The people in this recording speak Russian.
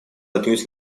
отнюдь